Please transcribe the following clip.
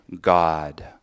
God